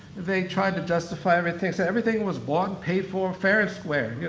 they tried to justify everything, said everything was bought and paid for fair and square. and yeah